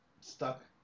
stuck